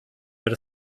wird